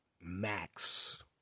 max